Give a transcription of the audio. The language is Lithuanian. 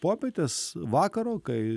popietės vakaro kai